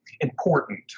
important